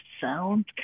sound